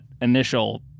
initial